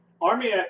Army